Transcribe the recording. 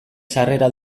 sarrera